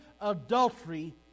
adultery